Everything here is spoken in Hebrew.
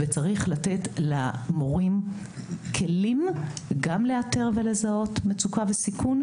צריך לתת למורים כלים גם לאתר ולזהות מצוקה וסיכון,